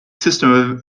system